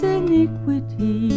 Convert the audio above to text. iniquity